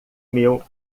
meu